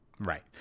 Right